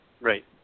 Right